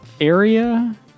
area